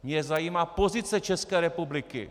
Mě zajímá pozice České republiky.